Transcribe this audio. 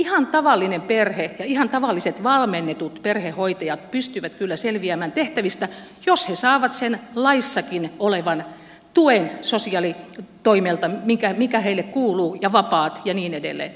ihan tavallinen perhe ja ihan tavalliset valmennetut perhehoitajat pystyvät kyllä selviämään tehtävistä jos he saavat sosiaalitoimelta sen laissakin olevan tuen mikä heille kuuluu ja vapaat ja niin edelleen